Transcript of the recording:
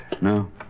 no